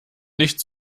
nicht